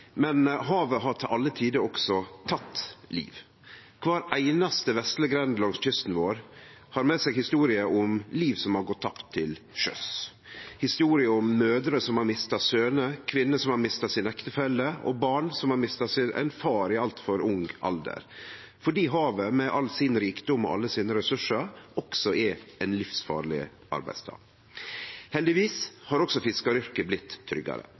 Men havet har til alle tider også teke liv. Kvar einaste vesle grend langs kysten vår har med seg historier om liv som har gått tapt til sjøs, historier om mødrer som har mista søner, kvinner som har mista ektefellen sin og barn som har mista ein far i altfor ung alder – fordi havet, med all sin rikdom og alle sine ressursar, også er ein livsfarleg arbeidsstad. Heldigvis har også fiskaryrket blitt tryggare.